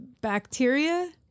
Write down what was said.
bacteria